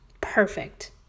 Perfect